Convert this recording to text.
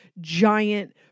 giant